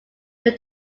they